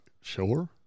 Sure